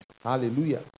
Hallelujah